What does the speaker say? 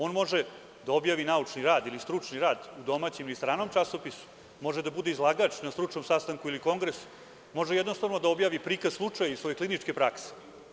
On može da objavi naučni rad ili stručni rad u domaćem ili stranom časopisu, može da bude izlagač na stručnom sastanku ili kongresu, može jednostavno da objavi prikaz slučaja iz svoje kliničke prakse.